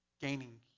gaining